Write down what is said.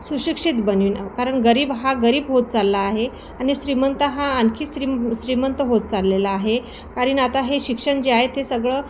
सुशिक्षित बनवेन कारण गरीब हा गरीब होत चालला आहे आणि श्रीमंत हा आणखी श्रीम् श्रीमंत होत चाललेला आहे कारण आता हे शिक्षण जे आहे ते सगळं